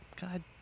God